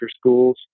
schools